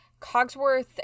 Cogsworth